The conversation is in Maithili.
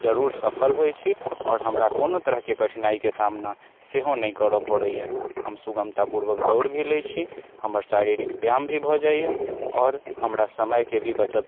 जरूर सफल होइ छी आओर हमरा कोनो तरहके कठिनाइके सामना सेहो नहि करऽ पड़ैए हम सुगमता पूर्वक दौड़ भी लै छी हमर शारीरिक व्यायाम भी भऽ जाइए आओर हमरा समयके भी बचत